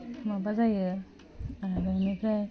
माबा जायो ओह बिनिफ्राय